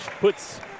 Puts